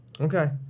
Okay